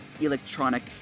electronic